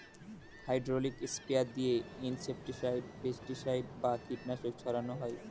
hydraulic sprayer দিয়ে insecticide, pesticide বা কীটনাশক ছড়ান হয়